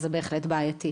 זה בהחלט בעייתי.